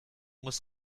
muss